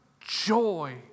joy